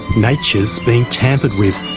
nature's being tampered with.